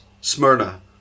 Smyrna